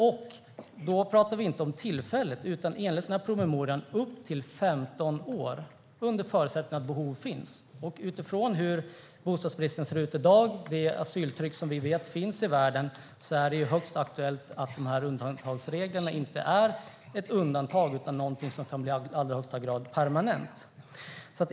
Enligt promemorian är det inte heller tillfälligt utan i upp till 15 år, under förutsättning att behov finns - och så som bostadsbristen ser ut i dag och med det asyltryck vi vet finns i världen är det högst troligt att undantagsreglerna inte blir undantag utan permanenta.